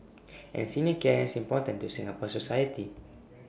and senior care is important to Singapore society